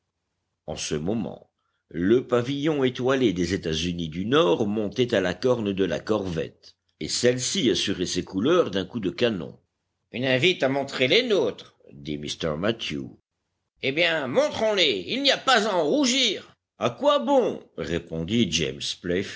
en ce moment le pavillon étoilé des états-unis du nord montait à la corne de la corvette et celle-ci assurait ses couleurs d'un coup de canon une invite à montrer les nôtres dit mr mathew eh bien montrons les il n'y a pas à en rougir a quoi bon répondit james